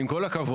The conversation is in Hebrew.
עם כל הכבוד,